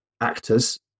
actors